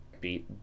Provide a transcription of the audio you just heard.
beat